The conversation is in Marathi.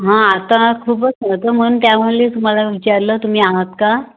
हां आता खूपच तर मन त्यामुळेच तुम्हाला विचारलं तुम्ही आहात का